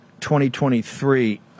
2023